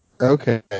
Okay